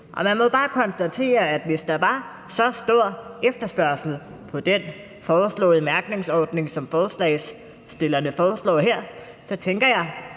Lad mig bare konstatere, at hvis der var så stor efterspørgsel på den foreslåede mærkningsordning, som forslagsstillerne foreslår her, så tænker jeg